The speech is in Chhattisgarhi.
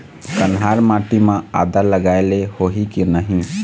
कन्हार माटी म आदा लगाए ले होही की नहीं?